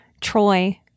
Troy